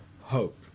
hope